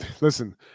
listen